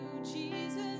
Jesus